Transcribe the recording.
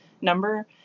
number